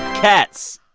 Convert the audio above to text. cats.